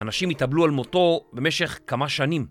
אנשים התאבלו על מותו במשך כמה שנים.